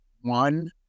one